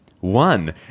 one